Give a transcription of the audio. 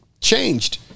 changed